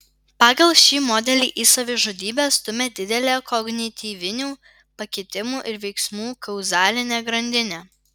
pagal šį modelį į savižudybę stumia didelė kognityvinių pakitimų ir veiksmų kauzalinė grandinė